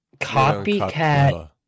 copycat